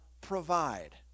provide